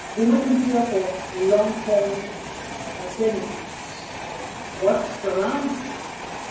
we're looking here for long term ah benefits of what surrounds us.